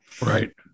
Right